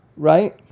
right